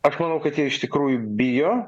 aš manau kad jie iš tikrųjų bijo